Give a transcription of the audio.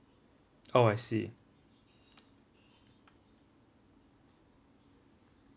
oh I see